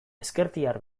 ezkertiar